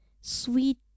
sweet